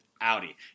Audi